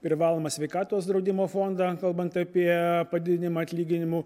privalomą sveikatos draudimo fondą kalbant apie padidinimą atlyginimų